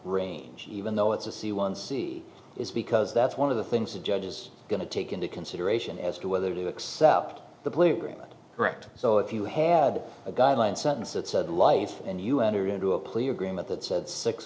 range even though it's a c one c is because that's one of the things a judge is going to take into consideration as to whether to accept the plea agreement correct so if you had a guideline sentence that said life and you enter into a plea agreement that said six